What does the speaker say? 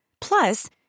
Plus